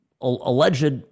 alleged